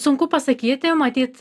sunku pasakyti matyt